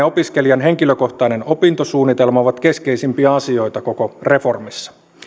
opiskelijan henkilökohtainen opintosuunnitelma ovat keskeisimpiä asioita koko reformissa